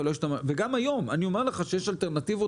וגם היום אני אומר לך שיש אלטרנטיבות